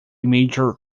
major